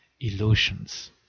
illusions